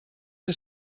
que